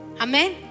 Amen